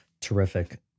Terrific